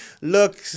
Look